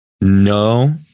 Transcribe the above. No